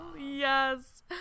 Yes